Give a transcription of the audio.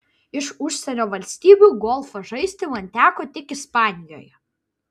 iš užsienio valstybių golfą žaisti man teko tik ispanijoje